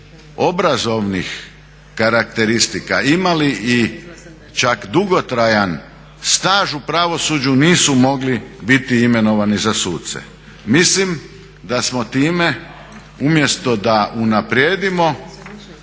obrazovnih karakteristika imali i čak dugotrajan staž u pravosuđu nisu mogli biti imenovani za suce. Mislim da smo time umjesto da unaprijedimo